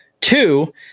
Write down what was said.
Two